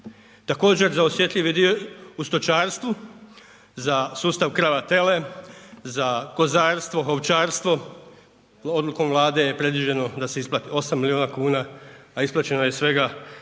Također za osjetljivi dio u stočarstvu za sustav krava tele, za kozarstvo, ovčarstvo, odlukom Vlade je predviđeno da se isplati 8 milijuna kuna, a isplaćeno je svega